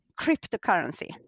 cryptocurrency